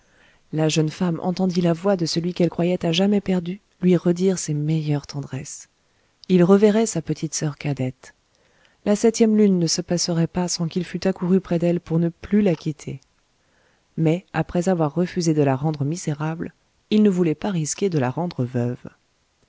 la jeune femme entendit la voix de celui qu'elle croyait à jamais perdu lui redire ses meilleures tendresses il reverrait sa petite soeur cadette la septième lune ne se passerait pas sans qu'il fût accouru près d'elle pour ne la plus quitter mais après avoir refusé de la rendre misérable il ne voulait pas risquer de la rendre veuve